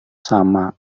sama